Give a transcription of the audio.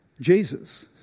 Jesus